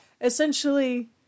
essentially